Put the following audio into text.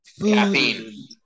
Caffeine